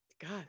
god